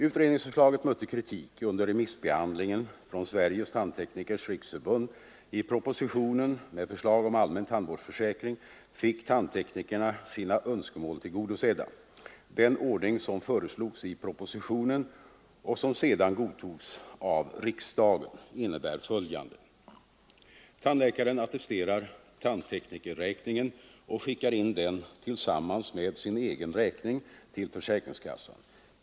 Utredningsförslaget mötte kritik under remissbehandlingen från Sveriges tandteknikers riksförbund. I propositionen med förslag om allmän tandvårdsförsäkring fick tandteknikerna sina önskemål tillgodosedda. Den ordning som föreslogs i propositionen och som sedan godtogs av riksdagen innebär följande. Tandläkaren attesterar tandteknikerräkningen och skickar in den tillsammans med sin egen räkning till försäkringskassan.